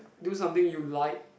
do something you like